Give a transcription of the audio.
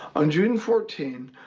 on june fourteen,